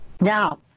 now